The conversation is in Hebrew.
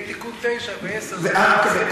יהיה תיקון 9 ו-10 ו-11.